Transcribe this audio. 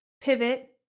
pivot